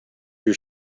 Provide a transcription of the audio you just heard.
your